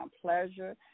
pleasure